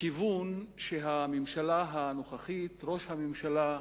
הכיוון שהממשלה הנוכחית, ראש הממשלה,